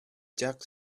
judge